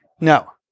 No